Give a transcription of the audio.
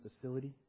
facility